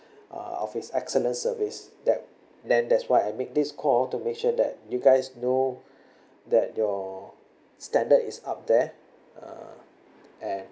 uh of his excellent service that then that's why I make this call to make sure that you guys know that your standard is up there uh and